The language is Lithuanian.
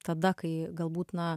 tada kai galbūt na